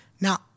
Now